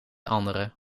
andere